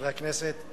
חברי הכנסת,